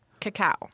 Cacao